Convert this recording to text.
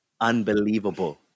Unbelievable